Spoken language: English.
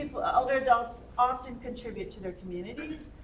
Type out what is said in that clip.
older adults often contribute to their communities,